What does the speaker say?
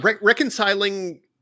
reconciling